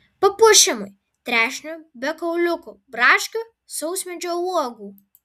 papuošimui trešnių be kauliukų braškių sausmedžio uogų